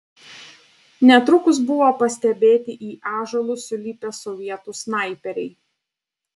netrukus buvo pastebėti į ąžuolus sulipę sovietų snaiperiai